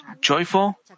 joyful